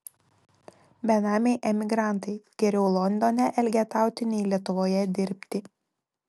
benamiai emigrantai geriau londone elgetauti nei lietuvoje dirbti